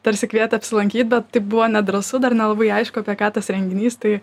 tarsi kvietė apsilankyt bet taip buvo nedrąsu dar nelabai aišku apie ką tas renginys tai